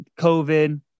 COVID